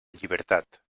llibertat